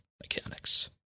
mechanics